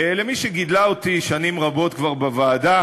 למי שגידלה אותי שנים רבות כבר בוועדה,